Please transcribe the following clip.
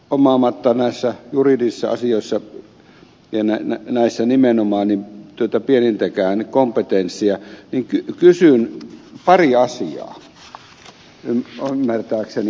omaamatta näissä juridisissa asioissa nimenomaan pienintäkään kompetenssia kysyn pari asiaa ymmärtääkseni asian